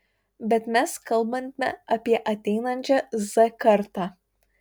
bet mes kalbame apie ateinančią z kartą